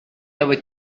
ever